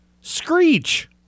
Screech